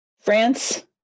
France